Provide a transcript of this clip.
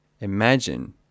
Imagine